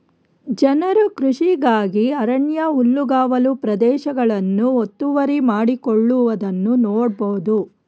ಜನರು ಕೃಷಿಗಾಗಿ ಅರಣ್ಯ ಹುಲ್ಲುಗಾವಲು ಪ್ರದೇಶಗಳನ್ನು ಒತ್ತುವರಿ ಮಾಡಿಕೊಳ್ಳುವುದನ್ನು ನೋಡ್ಬೋದು